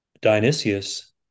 Dionysius